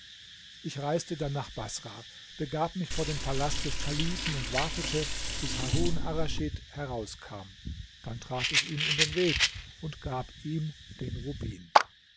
ich reiste dann nach baßrah begab mich vor den palast des kalifen und wartete bis harun arraschid herauskam dann trat ich ihm in den weg und gab ihm den rubin